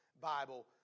Bible